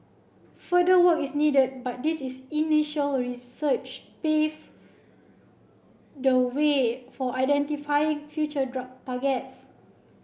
further work is needed but this is initial research paves the way for identifying future drug targets